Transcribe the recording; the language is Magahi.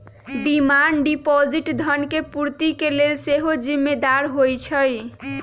डिमांड डिपॉजिट धन के पूर्ति के लेल सेहो जिम्मेदार होइ छइ